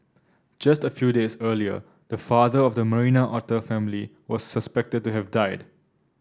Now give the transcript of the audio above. just a few days earlier the father of the Marina otter family was suspected to have died